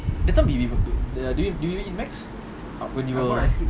that time we we were uh did you did you eat macs when you were